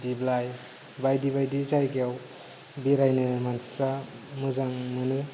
दिप्लाय बायदि बायदि जायगायाव बेरायनो मानसिफ्रा मोजां मोनो